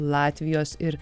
latvijos ir